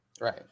Right